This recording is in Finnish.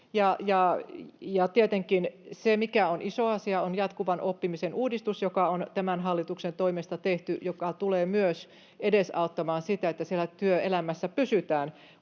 tietenkin iso asia on jatkuvan oppimisen uudistus, joka on tämän hallituksen toimesta tehty ja joka tulee myös edesauttamaan sitä, että siellä työelämässä pysytään,